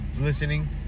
listening